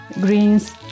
greens